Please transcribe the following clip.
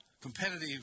competitive